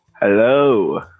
Hello